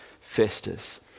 Festus